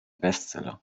bestseller